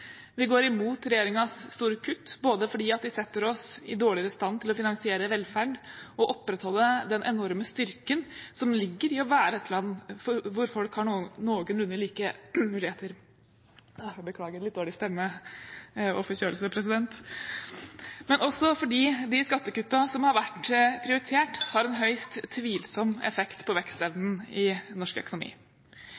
Vi går imot regjeringens store kutt, både fordi de setter oss dårligere i stand til å finansiere velferd og opprettholde den enorme styrken som ligger i å være et land hvor folk har noenlunde like muligheter, men også fordi de skattekuttene som har vært prioritert, har en høyst tvilsom effekt på vekstevnen i norsk økonomi.